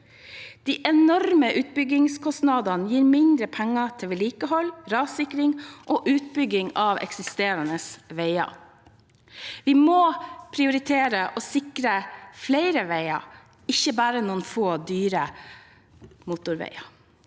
De enorme utbyggingskostnadene gir mindre penger til vedlikehold, rassikring og utbedring av eksisterende veier. Vi må prioritere å sikre flere veier, ikke bare noen få, dyre motorveier.